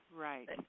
right